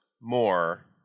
more